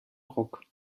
ruck